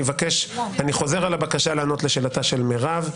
אני חוזר על הבקשה לענות לשאלתה של מירב.